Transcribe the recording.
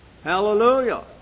Hallelujah